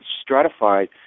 stratified